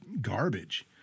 garbage